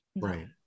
Right